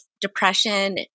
depression